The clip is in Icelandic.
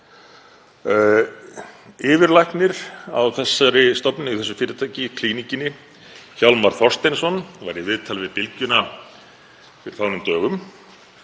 Yfirlæknir á þessari stofnun eða í þessu fyrirtæki, Klíníkinni, Hjálmar Þorsteinsson, var í viðtali á Bylgjunni fyrir fáeinum dögum